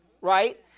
Right